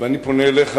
ואני פונה אליך,